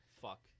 Fuck